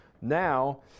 Now